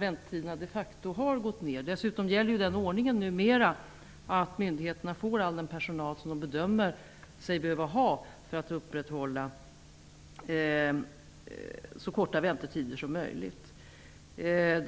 Väntetiderna har de facto gått ner. Dessutom gäller numera den ordningen att myndigheterna får all den personal som de bedömer sig behöva ha för att få så korta väntetider som möjligt.